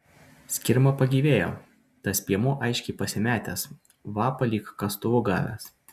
skirma pagyvėjo tas piemuo aiškiai pasimetęs vapa lyg kastuvu gavęs